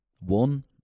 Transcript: One